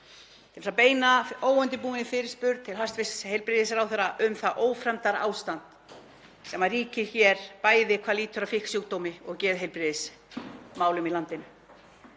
til að beina óundirbúinni fyrirspurn til hæstv. heilbrigðisráðherra um það ófremdarástand sem ríkir hér, bæði hvað lýtur að fíknisjúkdómum og geðheilbrigðismálum í landinu.